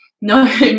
no